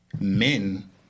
men